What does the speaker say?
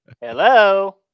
Hello